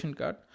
card